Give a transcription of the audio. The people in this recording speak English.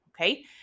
Okay